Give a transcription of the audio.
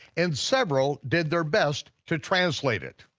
and several did their best to translate it.